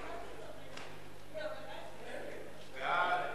סעיפים 1 3